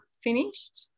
finished